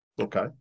Okay